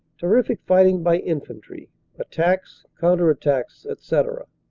terrific fight ing by infantry attacks, counter-attacks, etc.